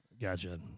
Gotcha